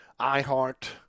iHeart